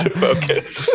focus.